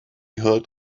heard